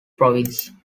province